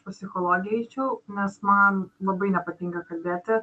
pas psichologę eičiau nes man labai nepatinka kalbėti